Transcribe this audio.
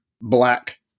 black